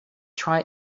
try